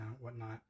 whatnot